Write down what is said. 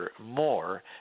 more